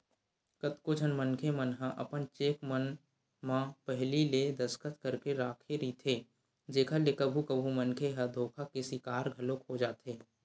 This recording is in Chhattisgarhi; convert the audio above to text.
कतको झन मनखे मन ह अपन चेक मन म पहिली ले दस्खत करके राखे रहिथे जेखर ले कभू कभू मनखे ह धोखा के सिकार घलोक हो जाथे